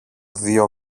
δυο